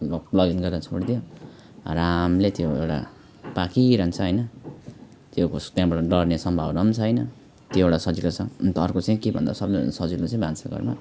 log plug in गरेर छोडिदियो आरामले त्यो एउटा पाकिरहन्छ हैन त्यो उस त्यहाँबाट डढ्ने सम्भावना पनि छैन त्यो एउटा सजिलो छ अनि त अर्को चाहिँ के भन्दा सबैभन्दा सजिलो चाहिँ भान्साघरमा